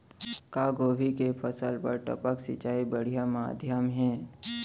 का गोभी के फसल बर टपक सिंचाई बढ़िया माधयम हे?